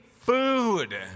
Food